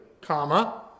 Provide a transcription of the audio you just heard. comma